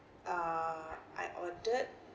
uh I ordered